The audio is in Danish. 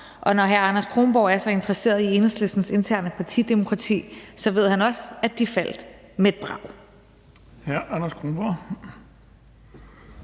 og når hr. Anders Kronborg er så interesseret i Enhedslistens interne partidemokrati, ved han også, at de faldt til jorden